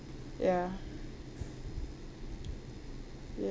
ya